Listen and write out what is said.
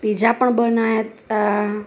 pizza પણ બનાવ્યા